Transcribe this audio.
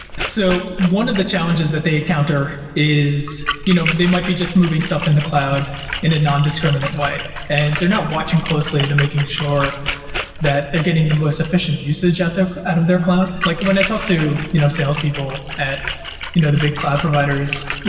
so one of the challenges that they encounter is you know they might be just moving stuff in the cloud in a non-discriminate way. and they're not watching closely to making sure that they're getting the most efficient usage out of their cloud. like when i talk to you know salespeople at you know the big cloud providers,